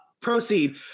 proceed